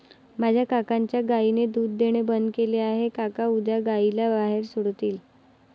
माझ्या काकांच्या गायीने दूध देणे बंद केले आहे, काका उद्या गायीला बाहेर सोडतील